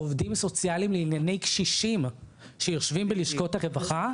עובדים סוציאליים לענייני קשישים שיושבים בלשכות הרווחה,